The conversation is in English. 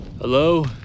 Hello